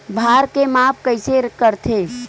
भार के माप कइसे करथे?